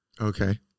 Okay